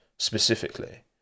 specifically